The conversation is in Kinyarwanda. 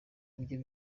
ibyo